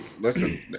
Listen